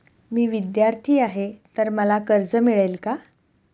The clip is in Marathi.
मी विद्यार्थी आहे तर मला कर्ज मिळेल का?